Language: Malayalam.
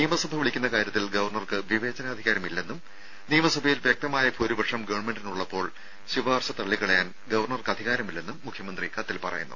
നിയമസഭ വിളിക്കുന്ന കാര്യത്തിൽ ഗവർണർക്ക് വിവേചനാധികാരമില്ലെന്നും നിയമസഭയിൽ വ്യക്തമായ ഭൂരിപക്ഷം ഗവൺമെന്റിന് ഉള്ളപ്പോൾ ശുപാർശ തള്ളിക്കളയാൻ ഗവർണർക്ക് അധികാരമില്ലെന്നും മുഖ്യമന്ത്രി കത്തിൽ പറയുന്നു